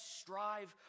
strive